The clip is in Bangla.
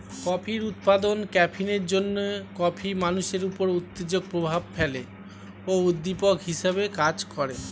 কফির উপাদান ক্যাফিনের জন্যে কফি মানুষের উপর উত্তেজক প্রভাব ফেলে ও উদ্দীপক হিসেবে কাজ করে